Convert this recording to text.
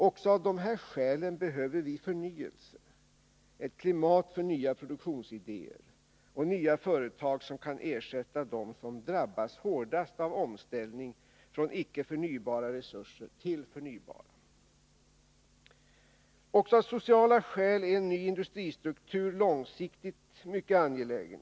Också av dessa skäl behöver vi förnyelse, ett klimat för nya produktionsidéer och nya företag som kan ersätta dem som drabbas hårdast av omställning från icke förnybara resurser till förnybara. Också av sociala skäl är en ny industristruktur långsiktigt angelägen.